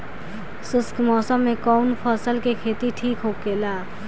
शुष्क मौसम में कउन फसल के खेती ठीक होखेला?